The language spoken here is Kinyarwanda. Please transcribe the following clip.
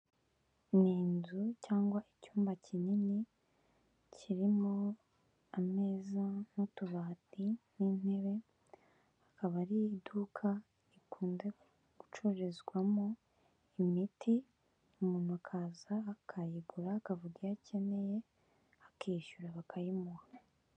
Ni inzu cyangwa icyumba kinini kirimo ameza n'utubati n'intebe, akaba ari iduka rikunda gucururizwamo imiti umuntu akaza akayigura akavuga iyo akeneye akishyura bakayimuha.